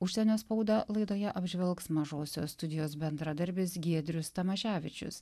užsienio spaudą laidoje apžvelgs mažosios studijos bendradarbis giedrius tamaševičius